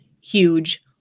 huge